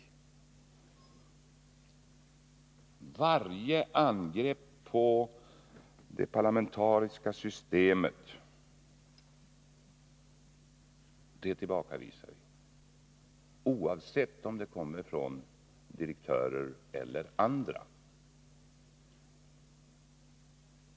Varje angrepp på det parlamentariska systemet tillbakavisar vi, oavsett om det kommer från direktörer eller andra.